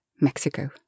Mexico